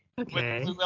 Okay